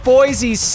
Boise